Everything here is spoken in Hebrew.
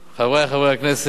חברי חברי הכנסת,